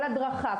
כל הדרכה,